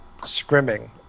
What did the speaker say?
scrimming